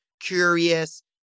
curious